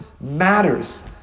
matters